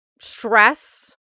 stress